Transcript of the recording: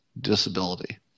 disability